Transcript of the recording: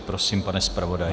Prosím, pane zpravodaji.